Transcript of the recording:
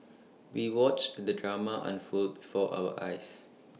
we watched the drama unfold before our eyes